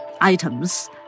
items